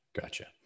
gotcha